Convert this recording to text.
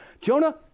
Jonah